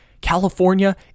California